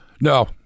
No